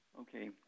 Okay